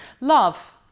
love